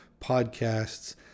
podcasts